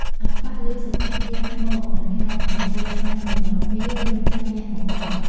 អាខ្វាក់ ឮសន្ធឹកយក្សមកមិនខ្លាចអង្គុយចាំនៅមាត់ទ្វាររងចាំយក្សមកដល់។